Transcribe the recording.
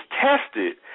tested